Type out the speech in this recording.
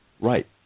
Right